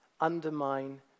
undermine